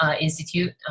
institute